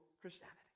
Christianity